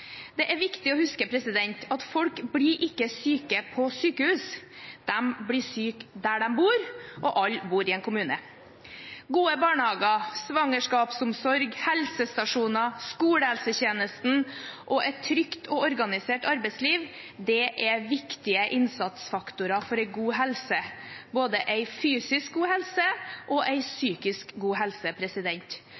Det er viktig å huske at folk ikke blir syke på sykehus; de blir syke der de bor, og alle bor i en kommune. Gode barnehager, svangerskapsomsorg, helsestasjoner, skolehelsetjeneste og et trygt og organisert arbeidsliv er viktige innsatsfaktorer for en god helse – både en fysisk god helse og